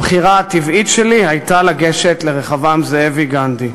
הבחירה הטבעית שלי הייתה לגשת לרחבעם זאבי גנדי.